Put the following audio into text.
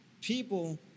people